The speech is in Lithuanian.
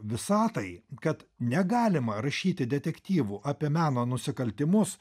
visatai kad negalima rašyti detektyvų apie meno nusikaltimus